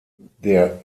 der